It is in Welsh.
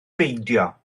beidio